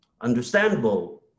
understandable